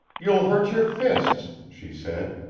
you'll hurt your fists, she said.